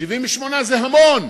78% זה המון.